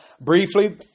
briefly